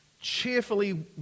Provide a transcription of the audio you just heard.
cheerfully